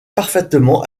parfaitement